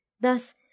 Thus